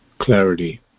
clarity